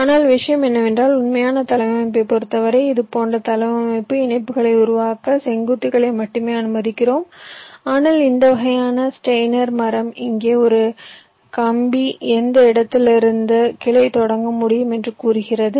ஆனால் விஷயம் என்னவென்றால் உண்மையான தளவமைப்பைப் பொறுத்தவரை இது போன்ற தளவமைப்பு இணைப்புகளை உருவாக்க செங்குத்துகளை மட்டுமே அனுமதிக்கிறோம் ஆனால் இந்த வகையான ஸ்டெய்னர் மரம் இங்கே ஒரு கம்பி எந்த இடத்திலிருந்தும் கிளை தொடங்கமுடியும் என்று கூறுகிறது